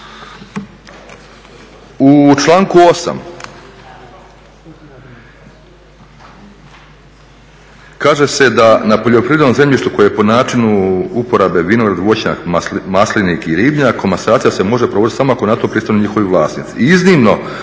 U članku 8. kaže se da na poljoprivrednom zemljištu koje je po načinu uporabe vinograd, voćnjak, maslinik i ribnjak, komasacija se može provodit samo ako na to pristanu njihovi vlasnici.